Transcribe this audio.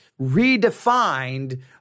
redefined